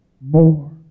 more